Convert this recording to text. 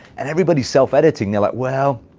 and everybody is self-editing. they're like, well,